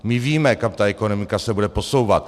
My víme, kam se ekonomika bude posouvat.